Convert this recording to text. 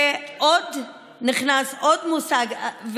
ונכנס עוד מושג,